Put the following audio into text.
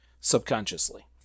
subconsciously